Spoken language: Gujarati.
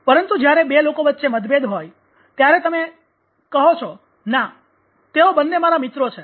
પરંતુ જ્યારે બે લોકો વચ્ચે મતભેદ હોય ત્યારે તમે કહો છો "ના તેઓ બંને મારા મિત્રો છે